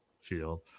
field